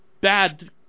bad